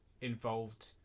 involved